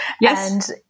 Yes